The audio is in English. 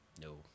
No